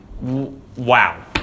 Wow